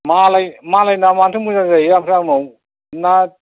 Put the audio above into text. मालाय मालायना माथो मोजां जायो ओमफ्राय आंनाव ना